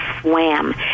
swam